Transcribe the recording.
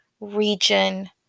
region